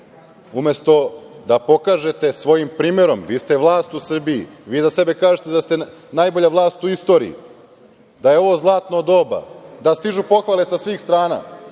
umesto da pokažete svojim primerom, vi ste vlast u Srbiji, za sebe kažete da ste najbolja vlast u istoriji, da je ovo zlatno doba, da stižu pohvale sa svih strana,